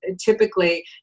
typically